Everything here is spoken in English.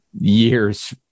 years